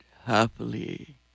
happily